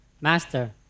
Master